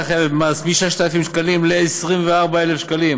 החייבת במס מ-6,000 שקלים ל-24,000 שקלים